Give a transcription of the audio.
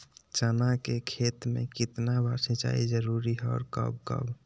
चना के खेत में कितना बार सिंचाई जरुरी है और कब कब?